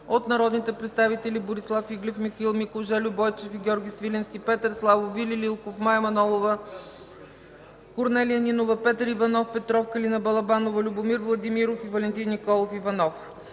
от народните представители Борислав Иглев, Михаил Миков, Жельо Бойчев и Георги Свиленски, Петър Славов, Вили Лилков, Мая Манолова, Корнелия Нинова, Петър Иванов Петров, Калина Балабанова, Любомир Владимиров, и Валентин Николов Иванов.